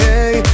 Hey